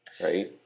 right